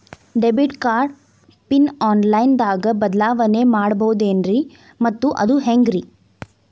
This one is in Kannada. ಡೆಬಿಟ್ ಕಾರ್ಡ್ ಪಿನ್ ಆನ್ಲೈನ್ ದಾಗ ಬದಲಾವಣೆ ಮಾಡಬಹುದೇನ್ರಿ ಮತ್ತು ಅದು ಹೆಂಗ್ರಿ?